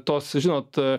tos žinot